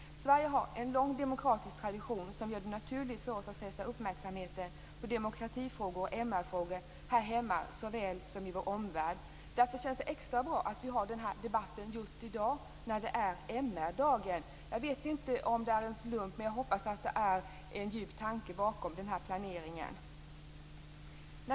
Sverige har en lång demokratisk tradition, som gör det naturligt för oss att fästa uppmärksamheten på demokratifrågor och MR-frågor här hemma likaväl som i vår omvärld. Det känns därför extra bra att vi har den här debatten just i dag, som är MR-dagen. Jag vet inte om det är en slump, men jag hoppas att det ligger en djup tanke bakom denna planering.